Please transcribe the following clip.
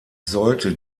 sollte